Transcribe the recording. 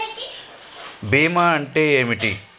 బీమా అంటే ఏమిటి?